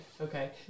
Okay